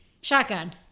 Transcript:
Shotgun